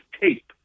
tape